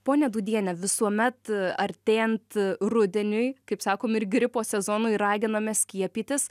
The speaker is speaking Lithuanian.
ponia dūdiene visuomet artėjant rudeniui kaip sakom ir gripo sezonui raginame skiepytis